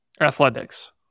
Athletics